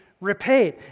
repaid